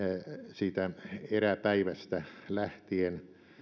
siitä eräpäivästä lähtien